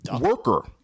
Worker